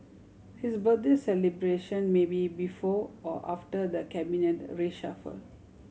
his birthday celebration may be before or after the Cabinet reshuffle